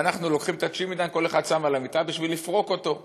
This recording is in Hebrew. ואנחנו לוקחים את הצ'ימידן וכל אחד שם על המיטה בשביל לפרוק אותו.